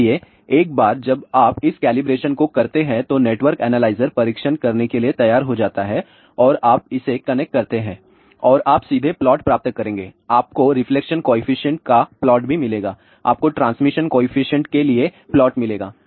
इसलिए एक बार जब आप इस कैलिब्रेशन को करते हैं तो नेटवर्क एनालाइजर परीक्षण करने के लिए तैयार हो जाते हैं और आप इसे कनेक्ट करते हैं और आप सीधे प्लॉट प्राप्त करेंगे आपको रिफ्लेक्शन कॉएफिशिएंट का प्लॉट भी मिलेगा आपको ट्रांसमिशन कॉएफिशिएंट के लिए प्लॉट मिलेगा